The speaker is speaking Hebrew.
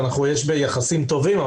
אמנם יש יחסים טובים,